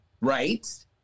Right